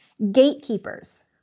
Gatekeepers